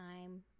time